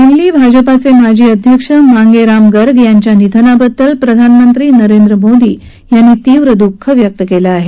दिल्ली भाजपाचे माजी अध्यक्ष मांगे राम गर्ग यांच्या निधनाबद्दल प्रधानमंत्री नरेंद्र मोदी यांनी तीव्र दुःख व्यक्त केलं आहे